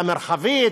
המרחבית,